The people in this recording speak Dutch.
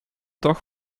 toch